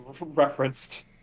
referenced